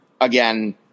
Again